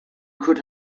could